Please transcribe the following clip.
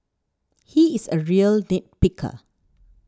he is a real nit picker